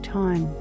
time